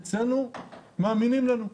אצלנו מאמינים לנו.